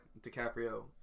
DiCaprio